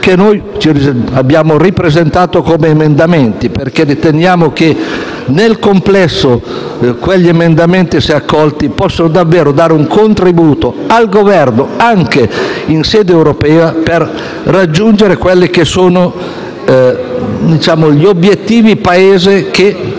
che noi abbiamo ripresentato come emendamenti, perché riteniamo che nel complesso quegli emendamenti, se accolti, possano davvero dare un contributo al Governo, anche in sede europea, per raggiungere gli obiettivi Paese che